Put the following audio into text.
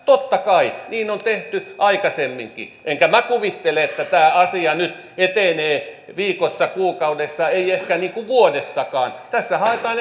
totta kai niin on tehty aikaisemminkin enkä minä kuvittele että tämä asia nyt etenee viikossa kuukaudessa ei ehkä vuodessakaan tässä haetaan